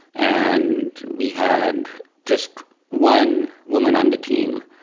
and we had just one woman on the team,